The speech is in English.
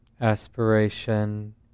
aspiration